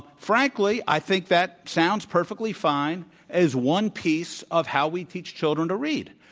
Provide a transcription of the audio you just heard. frankly, i think that sounds perfectly fine as one piece of how we teach children to read.